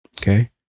Okay